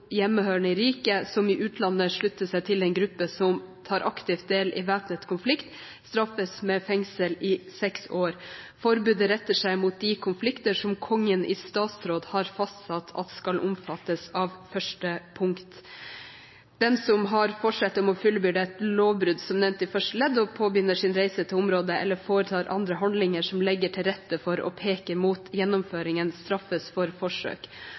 hjemmehørende i riket, som i utlandet slutter seg til en gruppe som tar aktivt del i væpnet konflikt, straffes med fengsel i 6 år. Forbudet retter seg mot de konflikter som Kongen i statsråd har fastsatt at skal omfattes av første punkt. Den som har forsett om å fullbyrde et lovbrudd som nevnt i første ledd, og påbegynner sin reise til området eller foretar andre handlinger som legger til rette for og peker mot gjennomføringen, straffes for forsøk.